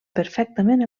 perfectament